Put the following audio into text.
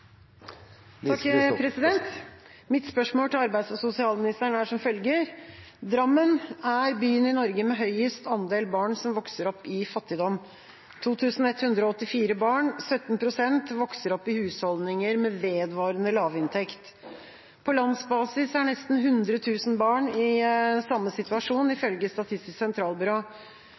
som følger: «Drammen er byen i Norge med høyest andel barn som vokser opp i fattigdom. 2 184 barn vokser opp i husholdninger med vedvarende lavinntekt. På landsbasis er nesten 100 000 barn i samme situasjon, ifølge